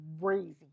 Crazy